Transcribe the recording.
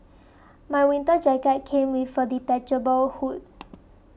my winter jacket came with a detachable hood